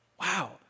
wow